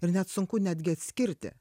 ir net sunku netgi atskirti